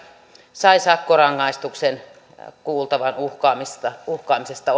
sai sakkorangaistuksen kuultavan uhkaamisesta uhkaamisesta